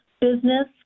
business